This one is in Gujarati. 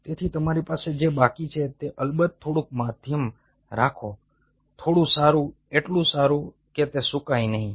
તેથી તમારી પાસે જે બાકી છે તે અલબત્ત થોડુંક માધ્યમ રાખો થોડું સારું એટલું સારું કે તે સૂકાય નહીં